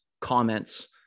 comments